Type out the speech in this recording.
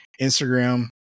Instagram